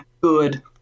good